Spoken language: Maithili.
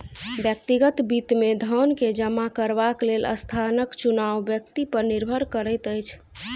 व्यक्तिगत वित्त मे धन के जमा करबाक लेल स्थानक चुनाव व्यक्ति पर निर्भर करैत अछि